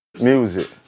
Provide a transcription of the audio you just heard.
music